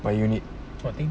my unit the kind of thing